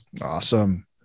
awesome